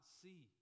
see